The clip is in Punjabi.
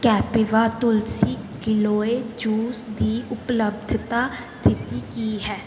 ਕਪਿਵਾ ਤੁਲਸੀ ਗਿਲੋਏ ਜੂਸ ਦੀ ਉਪਲਬਧਤਾ ਸਥਿਤੀ ਕੀ ਹੈ